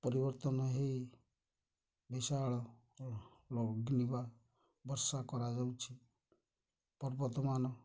ପରିବର୍ତ୍ତନ ହେଇ ବିଶାଳ ବା ବର୍ଷା କରାଯାଉଛି ପର୍ବତମାନ